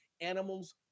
animals